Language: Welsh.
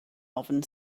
ofn